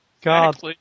God